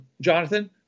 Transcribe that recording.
Jonathan